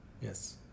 Yes